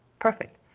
perfect